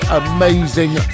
amazing